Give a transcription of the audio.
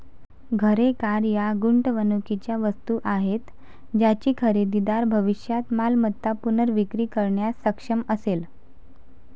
घरे, कार या गुंतवणुकीच्या वस्तू आहेत ज्याची खरेदीदार भविष्यात मालमत्ता पुनर्विक्री करण्यास सक्षम असेल